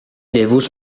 devus